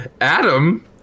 Adam